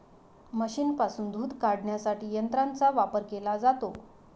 म्हशींपासून दूध काढण्यासाठी यंत्रांचा वापर केला जातो